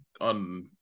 on